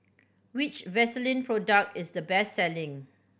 which Vaselin product is the best selling